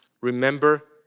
Remember